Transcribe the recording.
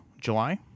July